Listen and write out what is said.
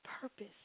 purpose